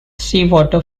seawater